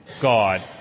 God